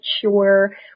sure